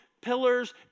pillars